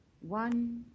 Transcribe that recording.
One